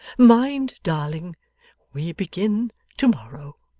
mind, darling we begin to-morrow